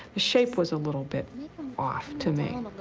shape was a little bit off to me.